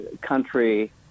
country